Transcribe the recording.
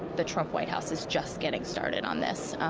the trump white house is just getting started on this.